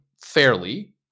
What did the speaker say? fairly